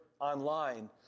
online